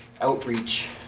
outreach